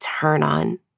turn-on